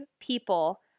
people